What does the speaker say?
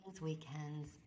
weekends